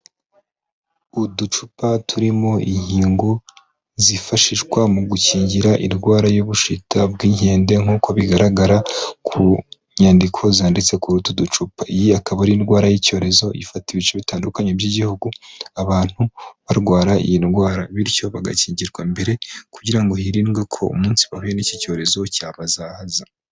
Uducupa turimo inkingo zifashishwa mu gukingira indwara y'ubushita bw'inkende nk'uko bigaragara ku nyandiko zanditse kuri utu ducupa, iyi akaba ari indwara y'icyorezo ifata ibice bitandukanye by'igihugu abantu barwara iyi ndwara bityo bagashyigirwa mbere kugira ngo hirindwe ko umunsi bahuye n'iki cyorezo cyabazahaza.